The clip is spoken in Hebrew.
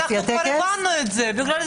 יוליה